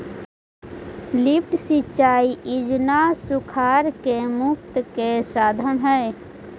lift सिंचाई योजना सुखाड़ से मुक्ति के साधन हई